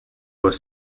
was